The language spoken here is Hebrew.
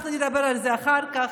אנחנו נדבר על זה אחר כך,